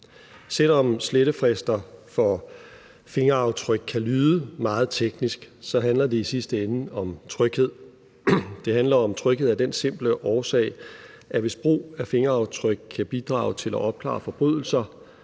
Selv om slettefrister for fingeraftryk kan lyde meget teknisk, handler det i sidste ende om tryghed. Det handler om tryghed af den simple årsag, at hvis brug af fingeraftryk kan bidrage til at opklare forbrydelser,